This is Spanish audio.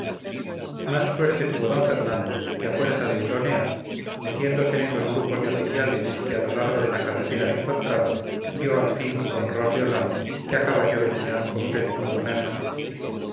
más suerte tuvo d fernando que a fuerza de huronear metiéndose en los grupos de oficiales que a lo largo de la carretera encontraba dio al fin con ros de olano que a caballo venía con pepe cotoner